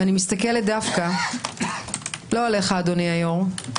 ואני מסתכלת דווקא לא עליך אדוני היו"ר,